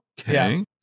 okay